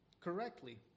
correctly